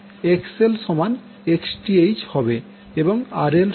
XL সমান Xth হবে এবং RL সমান Rth হবে